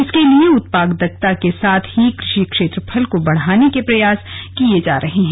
इसके लिए उत्पादकता के साथ ही कृषि क्षेत्रफल को बढ़ाने के प्रयास किये जा रहे हैं